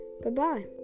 Bye-bye